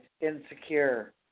insecure